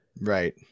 right